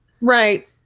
right